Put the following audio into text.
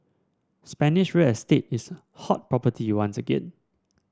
Spanish real estate is hot property once again